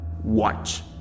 Watch